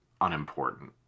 unimportant